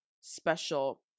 special